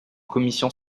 commission